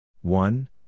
one